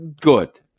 good